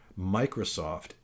Microsoft